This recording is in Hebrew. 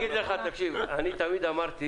תמיד אמרתי